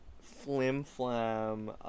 flim-flam